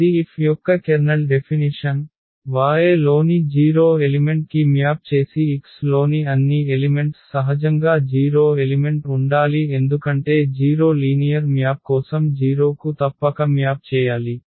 కాబట్టి ఇది F యొక్క కెర్నల్ డెఫినిషన్ Y లోని 0 ఎలిమెంట్ కి మ్యాప్ చేసి X లోని అన్ని ఎలిమెంట్స్ సహజంగా 0 ఎలిమెంట్ ఉండాలి ఎందుకంటే 0 లీనియర్ మ్యాప్ కోసం 0 కు తప్పక మ్యాప్ చేయాలి